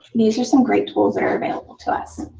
these are some great tools that are available to us.